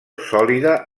sòlida